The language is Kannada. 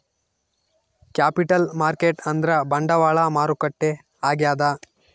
ಕ್ಯಾಪಿಟಲ್ ಮಾರ್ಕೆಟ್ ಅಂದ್ರ ಬಂಡವಾಳ ಮಾರುಕಟ್ಟೆ ಆಗ್ಯಾದ